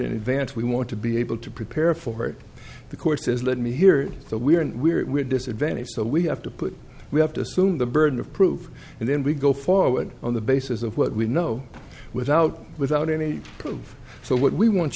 in advance we want to be able to prepare for it the course says let me hear so we are and we are disadvantaged so we have to put we have to assume the burden of proof and then we go forward on the basis of what we know without without any proof so what we want